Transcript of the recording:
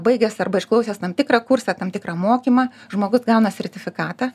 baigęs arba išklausęs tam tikrą kursą tam tikrą mokymą žmogus gauna sertifikatą